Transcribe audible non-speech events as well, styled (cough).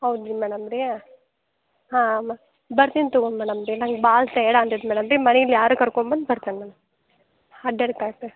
ಹೌದು ರೀ ಮೇಡಮ್ ರೀ ಹಾಂ ಮ ಬರ್ತೀನಿ ತಗೊಂಡು ಮೇಡಮ್ ರೀ ನಂಗೆ ಭಾಳ ಟಯರ್ಡ್ ಆಗ್ಬಿಟ್ಟೈತಿ ಮೇಡಮ್ ರೀ ಮನೀಲಿ ಯಾರು ಕರ್ಕೊಂಡು ಬಂದು ಬರ್ತೇನೆ ಮ್ಯಾಮ್ (unintelligible)